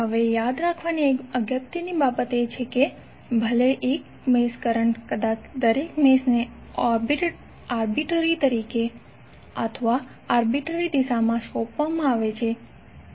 હવે યાદ રાખવાની એક અગત્યની બાબત એ છે કે ભલે એક મેશ કરંટ કદાચ દરેક મેશને આર્બિટરી રીતે અથવા આર્બિટરી દિશામાં સોંપવામાં આવે છે